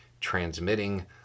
Transmitting